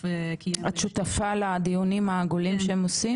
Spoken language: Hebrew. --- את שותפה לדיונים העגולים שהם עושים?